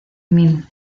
minh